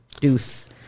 deuce